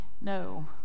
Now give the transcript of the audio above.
no